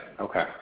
Okay